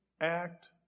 act